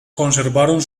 conservaron